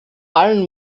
allen